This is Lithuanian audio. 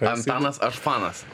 antanas aš fanas